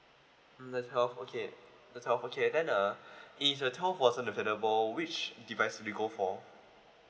mm the twelve okay the twelve okay then uh if the twelve wasn't available which device would you go for